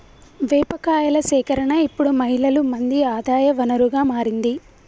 వేప కాయల సేకరణ ఇప్పుడు మహిళలు మంది ఆదాయ వనరుగా మారింది